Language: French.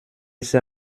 ces